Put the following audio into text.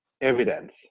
evidence